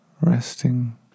resting